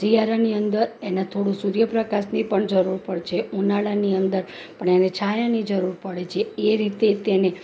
શિયાળાની અંદર એને થોડું સૂર્યપ્રકાશની પણ જરૂર પડે છે ઉનાળાની અંદર પણ એને છાયાની જરૂર પડે છે એ રીતે તેને